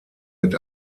mit